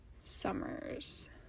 summers